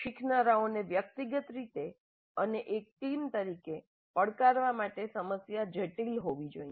શીખનારાઓને વ્યક્તિગત રીતે અને એક ટીમ તરીકે પડકારવા માટે સમસ્યા જટિલ હોવી જોઈએ